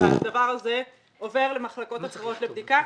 הדבר הזה עובר למחלקות אחרות לבדיקה.